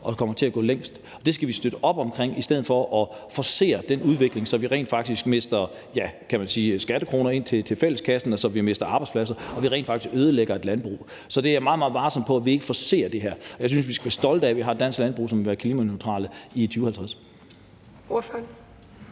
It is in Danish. og kommer til at gå længst. Det skal vi støtte op omkring i stedet for at forcere den udvikling, så vi rent faktisk mister, ja, kan man sige, skattekroner til fælleskassen, og så vi mister arbejdspladser og rent faktisk ødelægger et landbrug. Så jeg er meget, meget varsom med, at vi ikke forcerer det her. Jeg synes, vi skal være stolte af, at vi har et dansk landbrug, som vil være klimaneutrale i 2050.